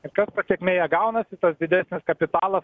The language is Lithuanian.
ir kad pasekmėje gaunasi tas didesnis kapitalas